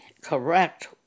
correct